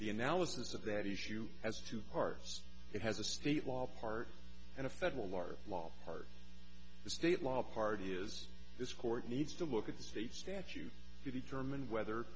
the analysis of that issue as two parts it has a state law part and a federal law or law part the state law part is this court needs to look at the state statute to determine whether